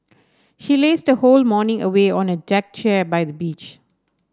she lazed the whole morning away on a deck chair by the beach